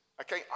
okay